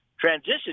transition